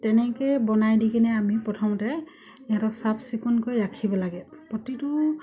তেনেকে বনাই দি কিনে আমি প্ৰথমতে ইহঁতক চাফ চিকুণকৈ ৰাখিব লাগে প্ৰতিটো